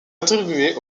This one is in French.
attribué